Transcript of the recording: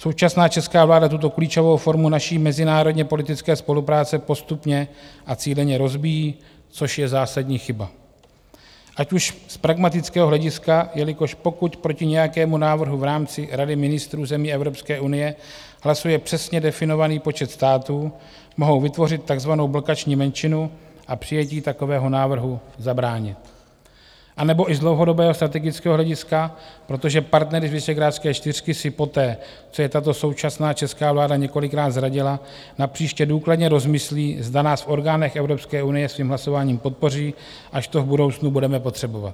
Současná česká vláda tuto klíčovou formu naší mezinárodněpolitické spolupráce postupně a cíleně rozbíjí, což je zásadní chyba ať už z pragmatického hlediska, jelikož pokud proti nějakému návrhu v rámci Rady ministrů zemí Evropské unie hlasuje přesně definovaný počet států, mohou vytvořit takzvanou blokační menšinu a přijetí takového návrhu zabránit, anebo i z dlouhodobého strategického hlediska, protože partneři z Visegrádské čtyřky si poté, co je tato současná česká vláda několikrát zradila, napříště důkladně rozmyslí, zda nás v orgánech Evropské unie svým hlasováním podpoří, až to v budoucnu budeme potřebovat.